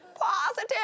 positive